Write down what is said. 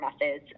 methods